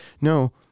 no